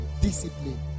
Discipline